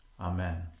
Amen